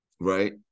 right